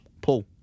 Paul